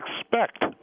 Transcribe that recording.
expect